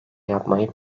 yapmayı